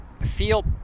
feel